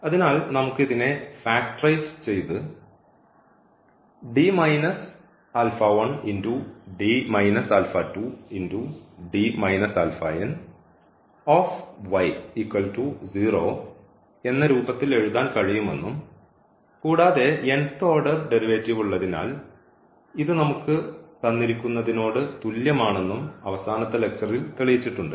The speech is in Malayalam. അതിനാൽ നമുക്ക് ഇതിനെ ഫാക്റ്ററൈസ് ചെയ്തു എന്ന രൂപത്തിൽ എഴുതാൻ കഴിയുമെന്നും കൂടാതെ ഓർഡർ ഡെറിവേറ്റീവ് ഉള്ളതിനാൽ ഇത് നമുക്ക് തന്നിരിക്കുന്നതിനോട് തുല്യമാണെന്നും അവസാനത്തെ ലക്ച്ചറിൽ തെളിയിച്ചിട്ടുണ്ട്